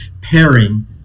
pairing